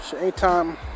Anytime